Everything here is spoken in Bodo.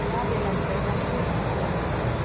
दा बेलासिआव गंसे साथा नांगौ नामा